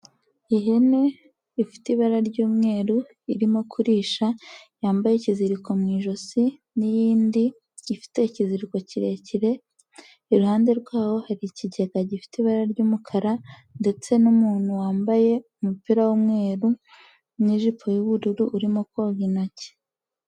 Ihene ifite ibara ry'umweru irimo kurisha yambaye ikiziriko mu ijosi n'iyindi ifite ikiziriko kirekire, iruhande rwaho hari ikigega gifite ibara ry'umukara ndetse n'umuntu wambaye umupira w'umweru n'ijipo y'ubururu urimo koga intoki.